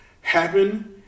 happen